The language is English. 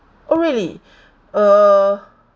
oh really uh